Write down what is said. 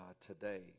today